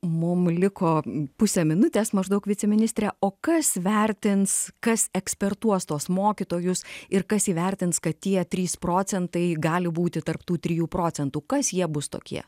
mum liko pusė minutės maždaug viceministre o kas vertins kas ekspertuos tuos mokytojus ir kas įvertins kad tie trys procentai gali būti tarp tų trijų procentų kas jie bus tokie